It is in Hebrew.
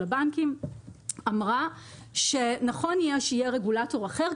הבנקים אמרה שנכון שיהיה רגולטור אחר,